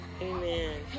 Amen